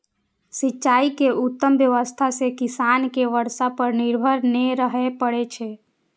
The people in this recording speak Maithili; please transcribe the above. सिंचाइ के उत्तम व्यवस्था सं किसान कें बर्षा पर निर्भर नै रहय पड़ै छै